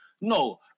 No